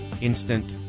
instant